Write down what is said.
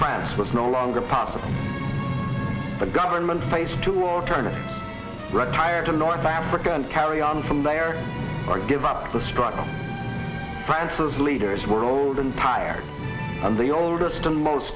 france was no longer possible the government face to alternative rock tired to north africa and carry on from there or give up the struggle france's leaders were old and tired and the oldest and most